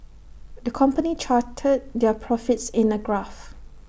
the company charted their profits in A graph